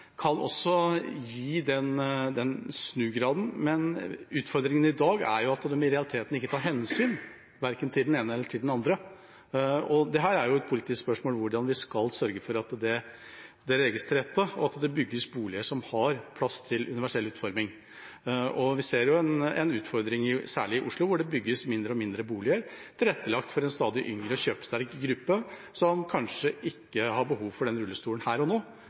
snugraden, men utfordringen i dag er jo at de i realiteten ikke tar hensyn, verken til den ene eller til den andre. Dette er et politisk spørsmål, hvordan vi skal sørge for at det legges til rette, og at det bygges boliger som har plass til universell utforming. Vi ser en utfordring særlig i Oslo, hvor det bygges færre og færre boliger tilrettelagt for en stadig yngre, kjøpesterk gruppe som kanskje ikke har behov for den rullestolen her og nå,